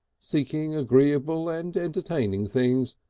seeking agreeable and entertaining things,